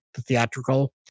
theatrical